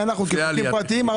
כחוקים פרטיים,